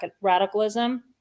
radicalism